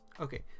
Okay